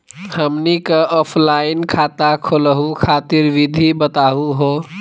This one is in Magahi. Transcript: हमनी क ऑफलाइन खाता खोलहु खातिर विधि बताहु हो?